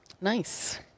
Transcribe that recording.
Nice